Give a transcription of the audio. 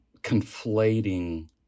conflating